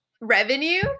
revenue